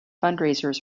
fundraisers